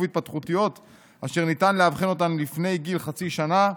התפתחויות אשר ניתן לאבחן אותן לפני גיל חצי שנה,